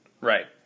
Right